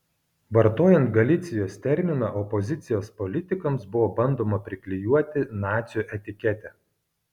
vartojant galicijos terminą opozicijos politikams buvo bandoma priklijuoti nacių etiketę